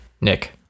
Nick